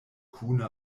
kune